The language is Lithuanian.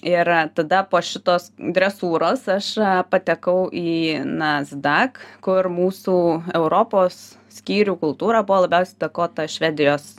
ir tada po šitos dresūros aš patekau į nasdak kur mūsų europos skyrių kultūra buvo labiausiai įtakota švedijos